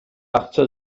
акча